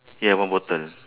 ya one bottle